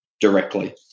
directly